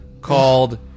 called